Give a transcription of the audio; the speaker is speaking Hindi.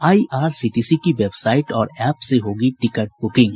आईआरसीटीसी की वेबसाईट और एप से होगी टिकट बुकिंग